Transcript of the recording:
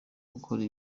gukora